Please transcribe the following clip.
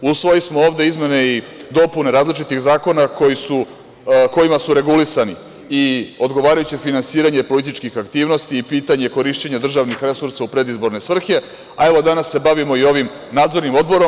Usvojismo ovde izmene i dopune različitih zakona kojima su regulisani i odgovarajuće finansiranje političkih aktivnosti i pitanje korišćenja državnih resursa u predizborne svrhe, a danas se bavimo i nadzornim odborom.